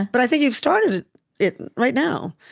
but i think you've started it right now.